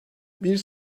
bir